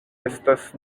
estas